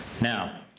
Now